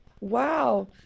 Wow